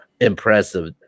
impressive